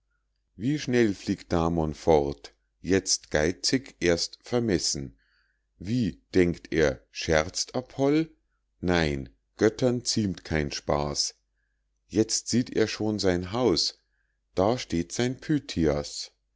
wie schnell fliegt damon fort jetzt geizig erst vermessen wie denkt er scherzt apoll nein göttern ziemt kein spaß jetzt sieht er schon sein haus da steht sein